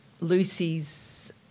Lucy's